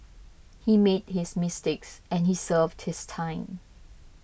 he made his mistakes and he served his time